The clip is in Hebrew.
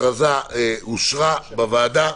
ההכרזה אושרה בוועדה.